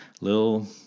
Little